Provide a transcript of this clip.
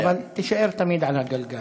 תישאר תמיד על הגלגל.